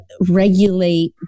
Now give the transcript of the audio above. regulate